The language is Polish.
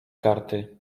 karty